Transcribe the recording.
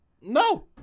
No